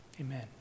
Amen